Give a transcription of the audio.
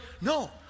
no